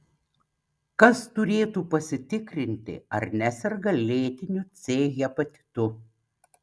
kas turėtų pasitikrinti ar neserga lėtiniu c hepatitu